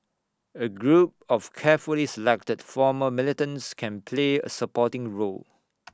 A group of carefully selected former militants can play A supporting role